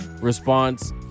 response